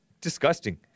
Disgusting